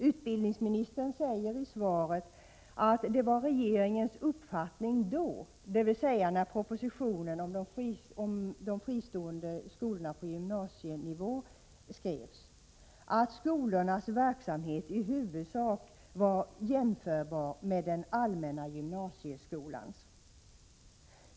Utbildningsministern säger i svaret att det var regeringens uppfattning då, dvs. när propositionen om de fristående skolorna på gymnasienivå skrevs, att skolornas verksamhet i huvudsak var jämförbar med den allmänna gymnasieskolans.